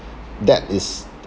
that is